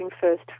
first